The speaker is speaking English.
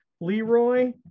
Leroy